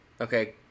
okay